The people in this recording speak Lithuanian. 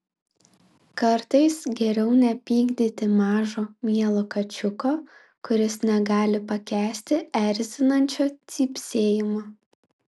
kartais geriau nepykdyti mažo mielo kačiuko kuris negali pakęsti erzinančio cypsėjimo